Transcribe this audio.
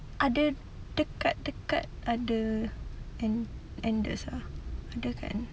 ada dekat-dekat ada an~ andes lah ada kan